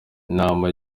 inama